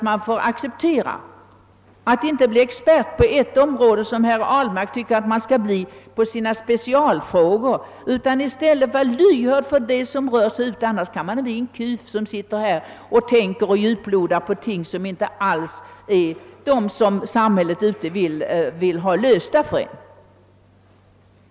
Han får inte bli expert på sina specialfrågor, som herr Ahlmark tycker, utan måste vara lyhörd och följa med vad som händer ute i samhället — annars kan han bli en kuf som sitter här och tänker djuplodande på problem som inte alls är de problem samhället vill ha lösta.